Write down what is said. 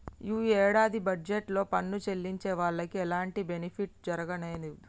యీ యేడాది బడ్జెట్ లో పన్ను చెల్లించే వాళ్లకి ఎలాంటి బెనిఫిట్ జరగనేదు